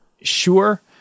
Sure